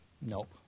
nope